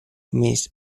mrs